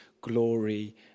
glory